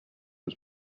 was